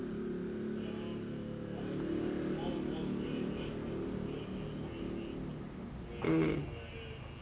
mm